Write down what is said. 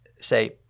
say